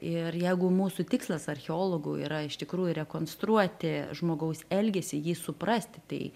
ir jeigu mūsų tikslas archeologų yra iš tikrųjų rekonstruoti žmogaus elgesį jį suprasti tai